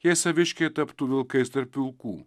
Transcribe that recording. jei saviškiai taptų vilkais tarp vilkų